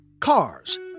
cars